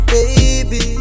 Baby